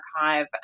archive